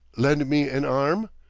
lend me an arm?